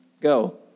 go